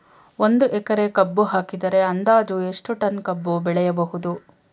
ಒಂದು ಎಕರೆ ಕಬ್ಬು ಹಾಕಿದರೆ ಅಂದಾಜು ಎಷ್ಟು ಟನ್ ಕಬ್ಬು ಬೆಳೆಯಬಹುದು?